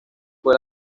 fue